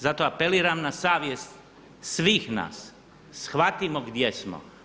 Zato apeliram na savjest svih nas, shvatimo gdje smo.